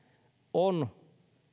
on